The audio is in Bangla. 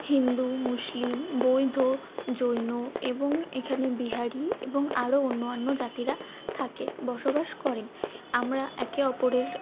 হিন্দু মুসলিম বৈধ জৈন এবং এখানে বিহারি এবং আরও অন্য অন্য জাতিরা থাকে বসবাস করেন আমরা একে অপরের